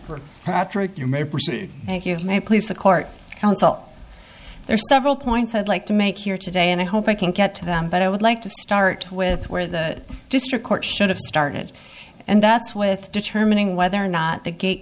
thank you may please the court counsel there are several points i'd like to make here today and i hope i can get to them but i would like to start with where the district court should have started and that's with determining whether or not the gate